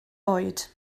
oed